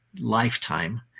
lifetime